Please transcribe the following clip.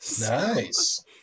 Nice